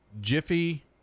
Jiffy